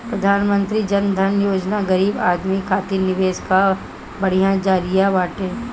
प्रधानमंत्री जन धन योजना गरीब आदमी खातिर निवेश कअ बढ़िया जरिया बाटे